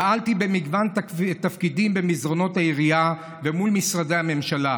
פעלתי במגוון תפקידים במסדרונות העירייה ומול משרדי הממשלה.